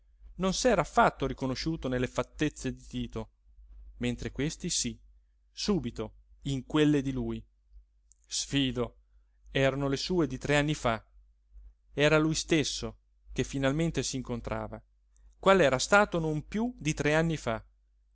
non s'era affatto riconosciuto nelle fattezze di tito mentre questi sí subito in quelle di lui sfido erano le sue di tre anni fa era lui stesso che finalmente s'incontrava qual era stato non piú di tre anni fa